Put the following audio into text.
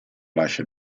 lascia